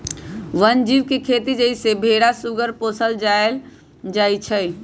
वन जीव के खेती जइसे भेरा सूगर पोशल जायल जाइ छइ